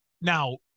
now